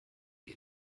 wir